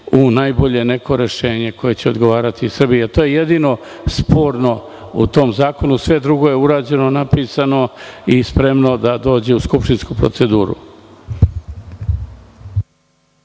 najbolje rešenje koje će odgovarati Srbiji. To je jedino sporno u tom zakonu, a sve drugo je urađeno, napisano i spremno da dođe u skupštinsku proceduru.